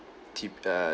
T err